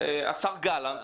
השר גלנט,